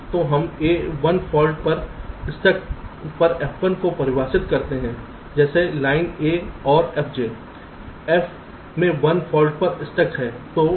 तो हम 1 फाल्ट पर स्टक पर fi को परिभाषित करते हैं जैसे लाइन A और fj f में 1 फाल्ट पर स्टक है